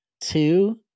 Two